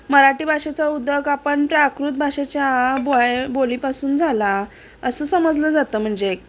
मराठी भाषेचा उदक आपण त्या आकृत भाषेच्या बो बोलीपासून झाला असं समजलं जातं म्हणजे